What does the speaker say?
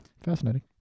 fascinating